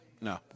No